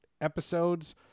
episodes